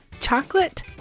chocolate